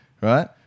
right